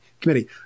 Committee